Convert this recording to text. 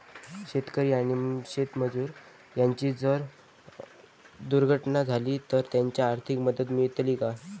शेतकरी आणि शेतमजूर यांची जर दुर्घटना झाली तर त्यांका आर्थिक मदत मिळतली काय?